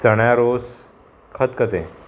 चण्या रोस खतखतें